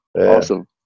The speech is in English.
awesome